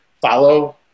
follow